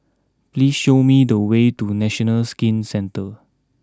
please show me the way to National Skin Centre